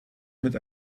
mit